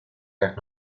las